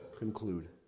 conclude